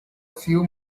few